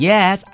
Yes